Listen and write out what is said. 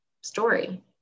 story